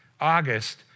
August